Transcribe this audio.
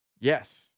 Yes